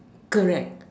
correct